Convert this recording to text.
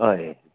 हय